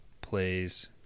plays